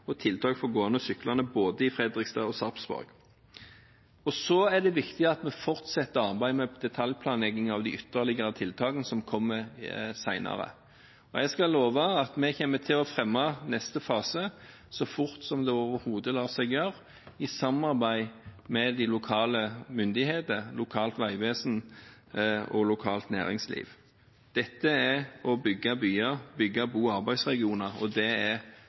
og tiltak for gående og syklende både i Fredrikstad og i Sarpsborg. Så er det viktig at vi fortsetter arbeidet med detaljplanlegging av de ytterligere tiltakene som kommer senere. Jeg skal love at vi kommer til å fremme neste fase så fort det overhodet lar seg gjøre, i samarbeid med de lokale myndigheter, lokalt veivesen og lokalt næringsliv. Dette er å bygge byer, bygge bo- og arbeidsregioner, og